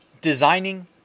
designing